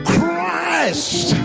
Christ